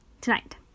tonight